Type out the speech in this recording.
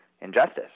injustice